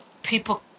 People